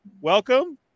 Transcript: welcome